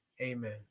Amen